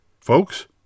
Folks